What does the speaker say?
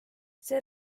see